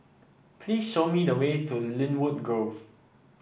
please show me the way to Lynwood Grove